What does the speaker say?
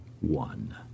one